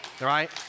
right